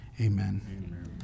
Amen